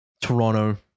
Toronto